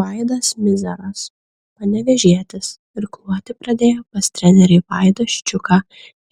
vaidas mizeras panevėžietis irkluoti pradėjo pas trenerį vaidą ščiuką